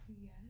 Yes